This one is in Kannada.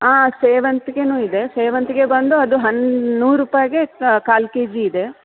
ಹಾ ಸೇವಂತಿಗೆನೂ ಇದೆ ಸೇವಂತಿಗೆ ಬಂದು ಅದು ಹನ್ ನೂರು ರೂಪಾಯಿಗೆ ಕಾಲು ಕೆಜಿ ಇದೆ